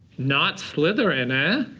not slytherin, ah,